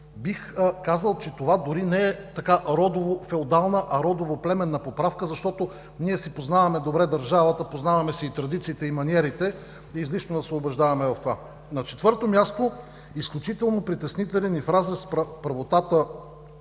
Бих казал, че това дори не е родово-феодална, а родово- племенна поправка, защото ние си познаваме добре държавата, познаваме си и традициите, и маниерите, и е излишно да се убеждаваме в това. На четвърто място, изключително притеснителен и в разрез с правовата